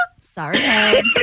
Sorry